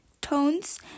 tones